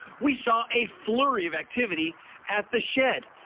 we saw a flurry of activity at the shed,